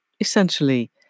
essentially